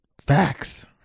Facts